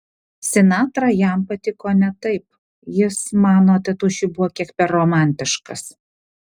sinatra jam patiko ne taip jis mano tėtušiui buvo kiek per romantiškas